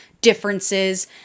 differences